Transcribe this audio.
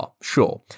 sure